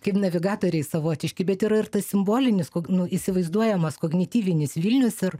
kaip navigatoriai savotiški bet yra ir tas simbolinis kog nu įsivaizduojamas kognityvinis vilnius ir